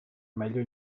meglio